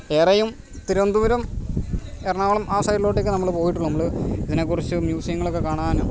വേറെയും തിരുവനന്തപുരം എറണാകുളം ആ സൈഡിലോട്ടൊക്കെ നമ്മൾ പോയിട്ടുള്ളൂ നമ്മൾ ഇതിനെക്കുറിച്ചും മ്യൂസിയങ്ങളൊക്കെ കാണാനും